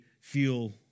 feel